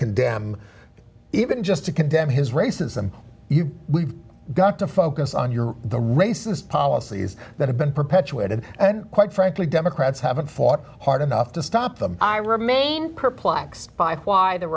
condemn even just to condemn his racism we've got to focus on your the racist policies that have been perpetuated and quite frankly democrats haven't fought hard enough to stop them i remain perplexed by why the